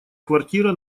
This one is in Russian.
квартира